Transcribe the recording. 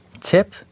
tip